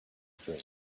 dream